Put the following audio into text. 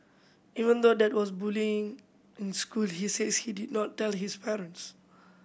even though there was bullying in school he says he did not tell his parents